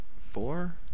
Four